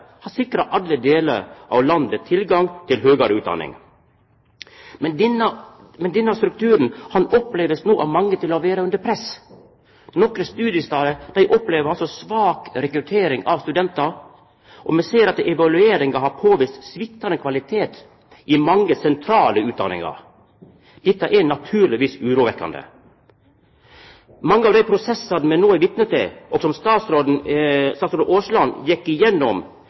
har sikra alle delar av landet tilgang til høgare utdanning. Men denne strukturen blir no opplevd av mange som å vera under press. Nokre studiestader opplever svak rekruttering av studentar, og vi ser at evalueringa har påvist sviktande kvalitet i mange sentrale utdanningar. Dette er naturlegvis urovekkjande. Mange av dei prosessane vi no er vitne til, som statsråd Aasland gjekk